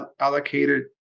allocated